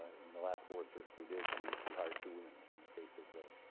in the last board search we did, we hired two women in the case of